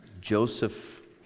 Joseph